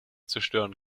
zerstören